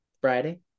Friday